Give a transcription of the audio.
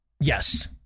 yes